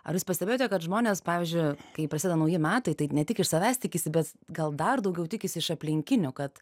ar jūs pastebėjote kad žmonės pavyzdžiu kai prasideda nauji metai tai ne tik iš savęs tikisi bet gal dar daugiau tikisi iš aplinkinių kad